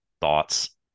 thoughts